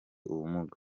ubumuga